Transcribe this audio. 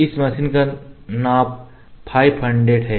यह मशीन का नाप 500 है